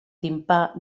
timpà